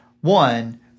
One